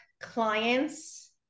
clients